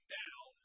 down